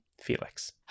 Felix